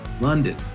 London